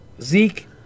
Zeke